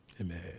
Amen